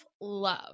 love